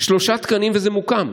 שלושה תקנים וזה מוקם.